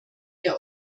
der